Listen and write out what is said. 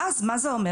ואז מה זה אומר?